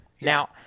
Now